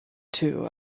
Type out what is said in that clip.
two